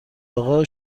اقا